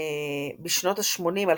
בשנות השמונים על